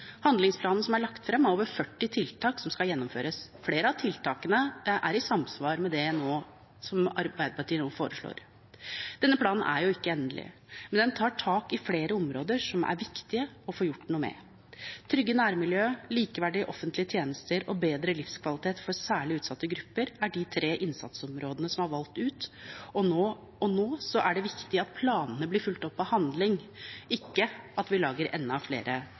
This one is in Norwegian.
Handlingsplanen som er lagt frem, har over 40 tiltak som skal gjennomføres, og flere av tiltakene er i samsvar med det Arbeiderpartiet nå foreslår. Denne planen er ikke endelig, men den tar tak i flere områder som det er viktig å få gjort noe med. Trygge nærmiljøer, likeverdige offentlige tjenester og bedre livskvalitet for særlig utsatte grupper er de tre innsatsområdene som er valgt ut. Nå er det viktig at planen blir fulgt opp av handling, ikke at vi lager enda flere